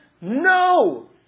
no